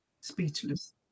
Speechless